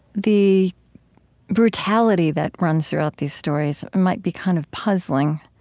the brutality that runs throughout these stories might be kind of puzzling.